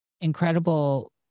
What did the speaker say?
incredible